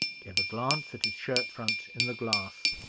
gave a glance at his shirt-front in the glass,